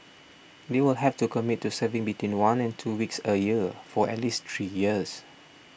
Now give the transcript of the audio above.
they will have to commit to serving between one and two weeks a year for at least three years